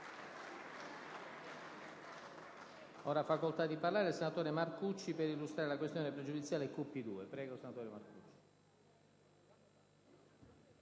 Grazie,